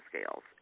scales